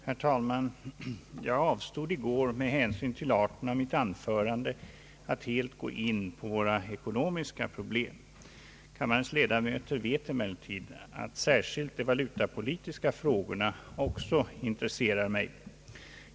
Herr talman! Jag avstod i går, med hänsyn till arten av mitt anförande, helt från att gå in på våra ekonomiska problem. Kammarens ledamöter vet emellertid att särskilt de valutapolitiska frågorna också intresserar mig.